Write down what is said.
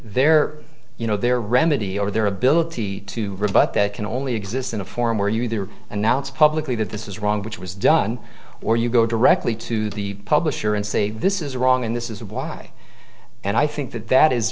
their you know their remedy or their ability to rebut that can only exist in a forum where you there announce publicly that this is wrong which was done or you go directly to the publisher and say this is wrong and this is why and i think that that is